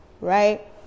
right